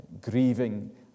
grieving